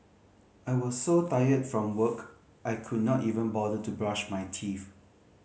I was so tired from work I could not even bother to brush my teeth